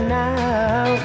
now